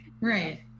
Right